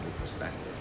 perspective